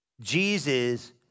Jesus